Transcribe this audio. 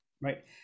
right